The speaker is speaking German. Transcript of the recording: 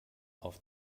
auf